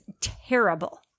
terrible